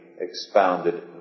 expounded